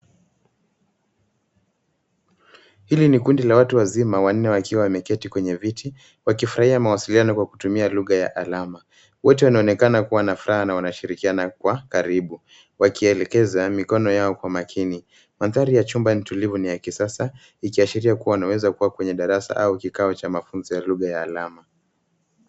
Hili ni kundi la watu wazima, wanne wakiwa wameketi kwenye viti wakifurahia mawasiliano kwa kutumia lugha ya alama. Wote wanaonekana kuwa na furaha na wanashirikiana kwa karibu wakielekeza mikono yao kwa makini. Mandhari ya chumba ni tulivu na ya kisasa ikiashiria kuwa wanaweza kuwa kwenye darasa au kikao cha mafunzo ya lugha ya alama.